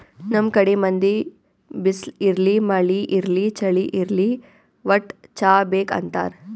ನಮ್ ಕಡಿ ಮಂದಿ ಬಿಸ್ಲ್ ಇರ್ಲಿ ಮಳಿ ಇರ್ಲಿ ಚಳಿ ಇರ್ಲಿ ವಟ್ಟ್ ಚಾ ಬೇಕ್ ಅಂತಾರ್